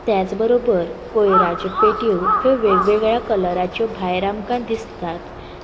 त्याच बरोबर कोयराच्यो पेटो ह्यो वेगवेगळ्या कलराच्यो भायर आमकां दिसतात